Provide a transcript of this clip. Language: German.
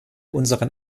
unseren